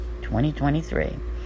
2023